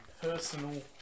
personal